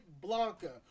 Blanca